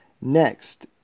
Next